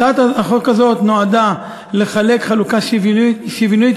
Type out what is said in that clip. הצעת החוק הזאת נועדה לחלק חלוקה שוויונית